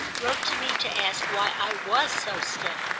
wrote to me to ask why i was so stiff.